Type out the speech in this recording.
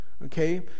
okay